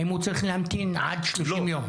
האם הוא צריך להמתין עד 30 יום?